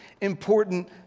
important